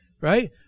right